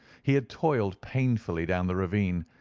he had toiled painfully down the ravine,